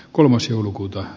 kolmas joulukuuta